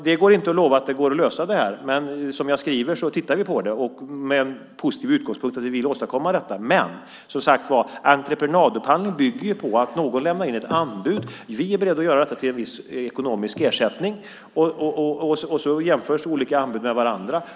Det går inte att lova att detta går att lösa, men som jag har skrivit och sagt i mitt interpellationssvar tittar vi på detta med positiv utgångspunkt. Vi vill åstadkomma detta. Men entreprenadupphandling bygger på att någon lämnar in ett anbud och åtar sig ett uppdrag mot en viss ekonomisk ersättning. Sedan jämförs olika anbud med varandra.